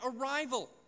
arrival